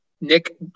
nick